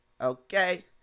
Okay